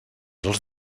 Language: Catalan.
els